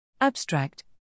Abstract